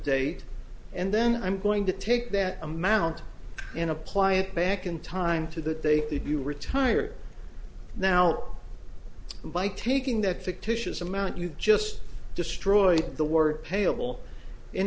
date and then i'm going to take that amount and apply it back in time to that they may be retired now by taking that fictitious amount you just destroyed the word payable